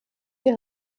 ihre